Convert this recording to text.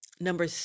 Number